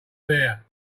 there